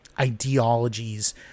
ideologies